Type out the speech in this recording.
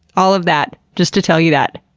all of that, just to tell you that.